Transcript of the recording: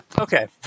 Okay